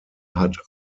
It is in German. hat